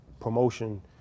promotion